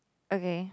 okay